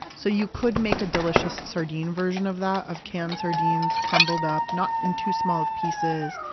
so you could make a delicious sardine version of that, of canned sardines crumbled up, not in too small of pieces.